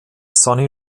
sony